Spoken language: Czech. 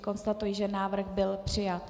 Konstatuji, že návrh byl přijat.